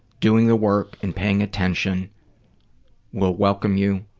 doing the work and paying attention will welcome you,